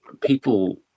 people